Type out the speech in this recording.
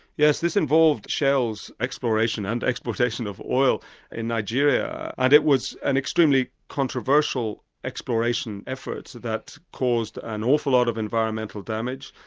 yes, this involved shell's exploration and exploitation of oil in nigeria, and it was an extremely controversial exploration effort that caused an awful lot of environmental damage,